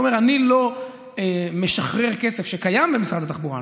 הוא אומר: אני לא משחרר כסף שקיים במשרד התחבורה.